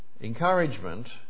Encouragement